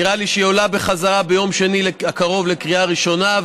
נראה לי שהיא עולה בחזרה ביום שני הקרוב לקריאה ראשונה,